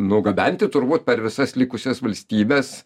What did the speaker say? nugabenti turbūt per visas likusias valstybes